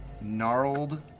gnarled